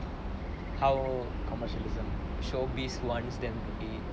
how commercialism showbiz wants them to be